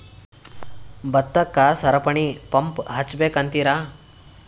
ಭತ್ತಕ್ಕ ಸರಪಣಿ ಪಂಪ್ ಹಚ್ಚಬೇಕ್ ಅಂತಿರಾ?